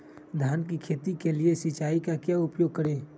धान की खेती के लिए सिंचाई का क्या उपयोग करें?